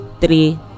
three